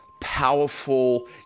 powerful